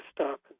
stop